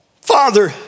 Father